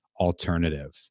alternative